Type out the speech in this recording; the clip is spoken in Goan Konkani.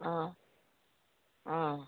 आं आं